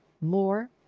more